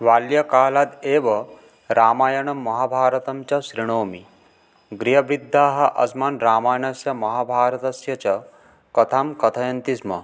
बाल्यकालादेव रामायणं महाभारतं च शृणोमि गृहवृद्धाः अस्मान् रामायणस्य महाभारतस्य च कथां कथयन्ति स्म